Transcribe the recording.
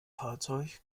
fahrzeug